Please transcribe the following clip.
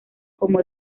como